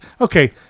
Okay